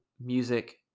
music